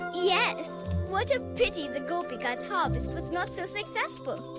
yes. what a pity the gopikas' harvest was not so successful.